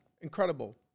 Incredible